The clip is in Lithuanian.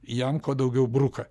jam kuo daugiau bruka